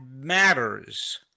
matters